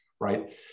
right